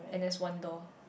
and there's one door